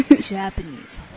Japanese